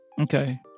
Okay